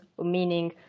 meaning